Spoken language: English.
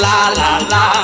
La-la-la